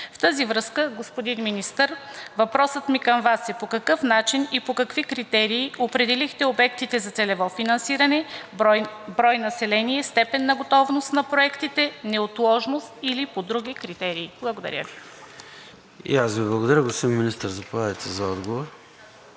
В тази връзка, господин Министър, въпросът ми към Вас е: по какъв начин и по какви критерии определихте обектите за целево финансиране – брой население, степен на готовност на проектите, неотложност или по други критерии? Благодаря Ви. ПРЕДСЕДАТЕЛ ЙОРДАН ЦОНЕВ: И аз Ви благодаря. Господин Министър, заповядайте за отговор.